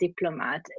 diplomat